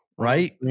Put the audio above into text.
Right